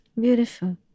Beautiful